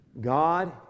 God